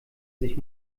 sich